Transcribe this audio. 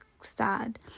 sad